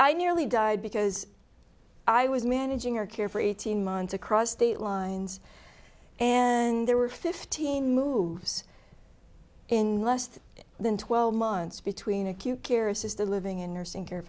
i nearly died because i was managing her care for eighteen months across state lines and there were fifteen moves in less than twelve months between acute care assisted living in nursing care